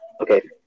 okay